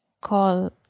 call